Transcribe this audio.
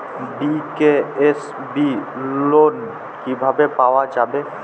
BKSB loan কিভাবে পাওয়া যাবে?